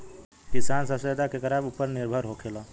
किसान सबसे ज्यादा केकरा ऊपर निर्भर होखेला?